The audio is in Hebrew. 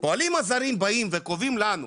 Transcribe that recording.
פועלים הזרים באים וקובעים לנו,